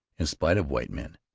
in spite of white men,